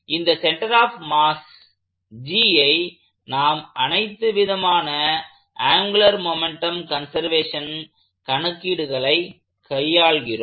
இந்த centre of mass G ஐ நாம் அனைத்து விதமான ஆங்குலர் மொமெண்ட்டம் கன்வர்சேஷன் கணக்கீடுகளை கையாள்கிறோம்